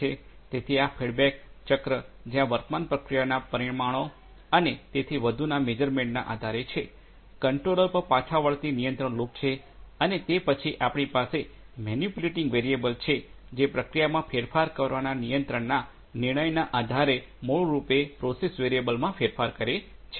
તેથી આ ફીડબેક ચક્ર જ્યાં વર્તમાન પ્રક્રિયાના પરિમાણો અને તેથી વધુનાં મેઝરમેન્ટના આધારે છે કંટ્રોલર પર પાછા વળતી નિયંત્રણ લૂપ છે અને તે પછી આપણી પાસે મેનીપ્યુલેટિંગ વેરિયેબલછે જે પ્રક્રિયામાં ફેરફાર કરવાના નિયંત્રણના નિર્ણયના આધારે મૂળરૂપે પ્રોસેસ વેરિયેબલમાં ફેરફાર કરે છે